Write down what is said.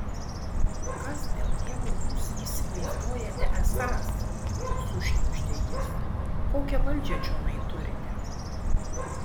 kas dėl dievo jūs įsivaizduojate esąs sušnypštė jis kokią valdžią čionai turite